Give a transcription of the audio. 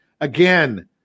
Again